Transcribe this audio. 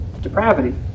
Depravity